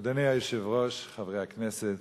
אדוני היושב-ראש, חברי הכנסת,